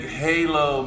halo